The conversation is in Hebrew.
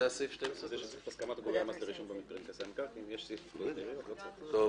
בעמ'